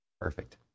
perfect